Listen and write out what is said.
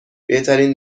بهترین